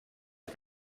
der